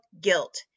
guilt